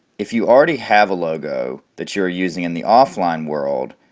if you already have a logo that you are using in the offline world,